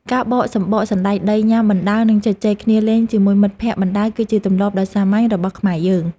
ការបកសំបកសណ្តែកដីញ៉ាំបណ្តើរនិងជជែកគ្នាលេងជាមួយមិត្តភក្តិបណ្តើរគឺជាទម្លាប់ដ៏សាមញ្ញរបស់ខ្មែរយើង។